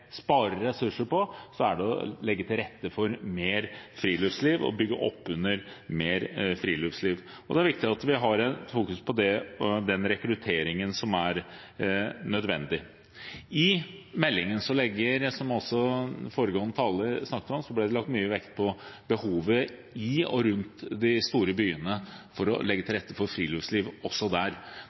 ressurser på, er det å legge til rette for mer friluftsliv og bygge opp under mer friluftsliv, og det er viktig at vi har et fokus på den rekrutteringen som er nødvendig. I meldingen blir det, som også den foregående taleren snakket om, lagt mye vekt på behovet i og rundt de store byene for å legge til rette for friluftsliv også der.